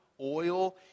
oil